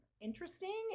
interesting